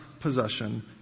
possession